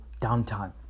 downtime